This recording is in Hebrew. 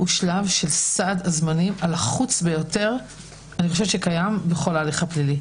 הוא שלב של סד הזמנים הלחוץ ביותר שקיים בכל ההליך הפלילי.